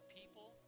people